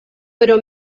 però